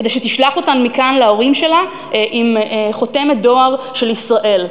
כדי שתשלח אותם מכאן להורים שלה עם חותמת דואר של ישראל,